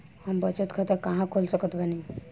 हम बचत खाता कहां खोल सकत बानी?